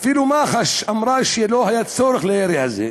אפילו מח"ש אמרה שלא היה צורך בירי הזה,